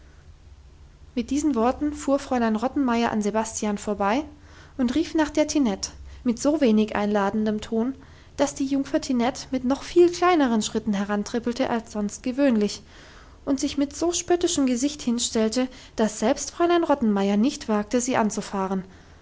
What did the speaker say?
mit diesen worten fuhr fräulein rottenmeier an sebastian vorbei und rief nach der tinette mit so wenig einladendem ton dass die jungfer tinette mit noch viel kleineren schritten herantrippelte als sonst gewöhnlich und sich mit so spöttischem gesicht hinstellte dass selbst fräulein rottenmeier nicht wagte sie anzufahren